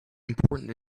important